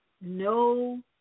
no